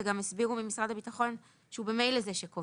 וגם הסבירו ממשרד הביטחון שהוא ממילא זה שקובע.